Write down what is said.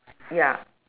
ya